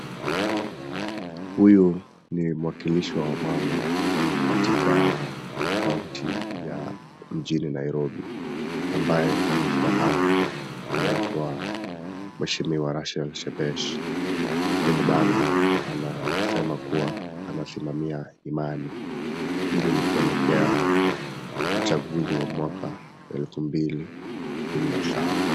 Huyu ni mwakilishi wa mama katika kaunti ya mjini Nairobi ambaye aliistaafu, anaitwa mheshimiwa Rachael Shebesh. Kwenye bango anasema kuwa anasimamia imani .Hili ni kuelekea uchaguzi wa elfu mbili kumi na saba.